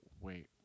wait